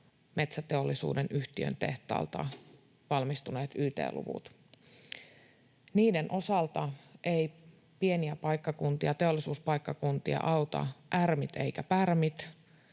metsäteollisuuden yhtiön tehtaalta valmistuneet yt-luvut. Niiden osalta eivät pieniä paikkakuntia, teollisuuspaikkakuntia auta ärmit eikä pärmit.